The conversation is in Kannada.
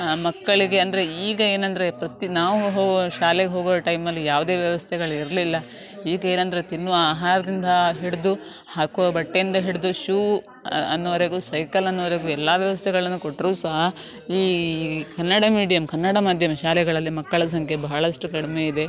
ಮಕ್ಕಳಿಗೆ ಅಂದರೆ ಈಗ ಏನಂದರೆ ಪ್ರತಿ ನಾವು ಹೋ ಶಾಲೆಗೆ ಹೋಗೋ ಟೈಮಲ್ಲಿ ಯಾವುದೇ ವ್ಯವಸ್ಥೆಗಳು ಇರಲಿಲ್ಲ ಈಗ ಏನು ಅಂದರೆ ತಿನ್ನುವ ಆಹಾರದಿಂದ ಹಿಡಿದು ಹಾಕುವ ಬಟ್ಟೆಯಿಂದ ಹಿಡಿದು ಶೂ ಅನ್ನೋವರೆಗೂ ಸೈಕಲ್ ಅನ್ನೋವರೆಗೂ ಎಲ್ಲ ವ್ಯವಸ್ಥೆಗಳನ್ನು ಕೊಟ್ಟರೂ ಸಹ ಈ ಕನ್ನಡ ಮೀಡಿಯಮ್ ಕನ್ನಡ ಮಾಧ್ಯಮ ಶಾಲೆಗಳಲ್ಲಿ ಮಕ್ಕಳ ಸಂಖ್ಯೆ ಬಹಳಷ್ಟು ಕಡಿಮೆ ಇದೆ